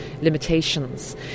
limitations